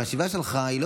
החשיבה שלך,